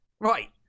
Right